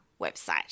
website